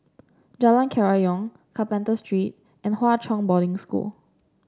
Jalan Kerayong Carpenter Street and Hwa Chong Boarding School